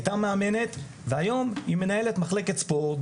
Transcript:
אבל פוגשים אותם פעם אחת, זה לא מספיק.